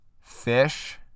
Fish